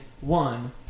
one